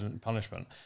punishment